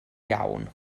iawn